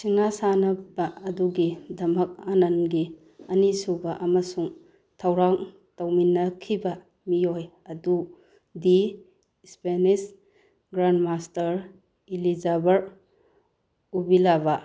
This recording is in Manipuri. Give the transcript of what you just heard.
ꯁꯤꯡꯅꯥ ꯁꯥꯟꯅꯕ ꯑꯗꯨꯒꯤꯗꯃꯛ ꯑꯅꯟꯒꯤ ꯑꯅꯤꯁꯨꯕ ꯑꯃꯁꯨꯡ ꯊꯧꯔꯥꯡ ꯇꯧꯃꯤꯟꯅꯈꯤꯕ ꯃꯤꯑꯣꯏ ꯑꯗꯨꯗꯤ Spanish grandmaster Elizbar Ubilava